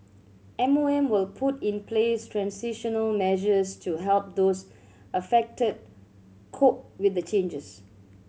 M O M will put in place transitional measures to help those affected cope with the changes